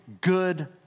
good